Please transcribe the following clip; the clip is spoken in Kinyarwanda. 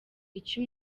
icyo